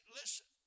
listen